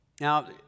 Now